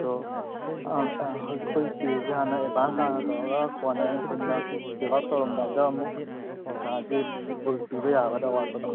ꯑꯗꯣ ꯑꯥ ꯑꯥ ꯍꯧꯖꯤꯛ ꯑꯩꯈꯣꯏꯒꯤ ꯄꯦꯁꯤ ꯍꯥꯟꯅ ꯑꯦꯗꯕꯥꯟꯁ ꯍꯥꯟꯅ ꯇꯧꯔꯒ ꯀꯣꯟꯅ ꯑꯩꯅ ꯄꯨꯟꯅ ꯆꯦꯛ ꯑꯥꯎꯠ ꯇꯧꯔꯝꯗꯥꯏꯗ ꯑꯃꯨꯛ ꯄꯩꯁꯥꯁꯤ ꯐꯨꯜ ꯄꯤꯕ ꯌꯥꯒꯗ꯭ꯔ ꯑꯋꯥꯠꯄꯗꯣ